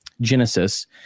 Genesis